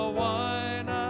wine